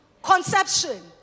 Conception